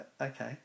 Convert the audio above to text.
Okay